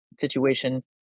situation